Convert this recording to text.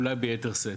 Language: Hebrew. אולי ביתר שאת.